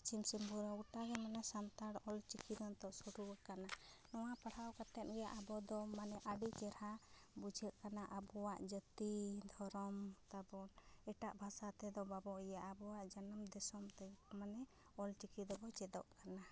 ᱯᱚᱥᱪᱤᱢ ᱥᱤᱝᱵᱷᱩᱢ ᱨᱮᱦᱚᱸ ᱜᱳᱴᱟᱜᱮ ᱢᱟᱱᱮ ᱥᱟᱱᱛᱟᱲ ᱚᱞ ᱪᱤᱠᱤ ᱫᱚ ᱱᱤᱛᱚᱜ ᱥᱩᱨᱩ ᱟᱠᱟᱱᱟ ᱱᱚᱣᱟ ᱯᱟᱲᱦᱟᱣ ᱠᱟᱛᱮ ᱟᱵᱚᱫᱚ ᱢᱟᱱᱮ ᱟᱹᱰᱤ ᱪᱮᱦᱨᱟ ᱵᱩᱡᱷᱟᱹᱜ ᱠᱟᱱᱟ ᱟᱵᱚᱣᱟᱜ ᱡᱟᱹᱛᱤ ᱫᱷᱚᱨᱚᱢ ᱮᱴᱟᱜ ᱵᱷᱟᱥᱟ ᱛᱮᱫᱚ ᱵᱟᱵᱚ ᱤᱭᱟᱹᱜᱼᱟ ᱟᱵᱚᱣᱟᱜ ᱡᱟᱱᱟᱢ ᱫᱤᱥᱚᱢ ᱛᱮ ᱢᱟᱱᱮ ᱚᱞ ᱪᱤᱠᱤ ᱫᱚᱵᱚᱱ ᱪᱮᱫᱚᱜ ᱠᱟᱱᱟ